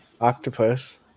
Octopus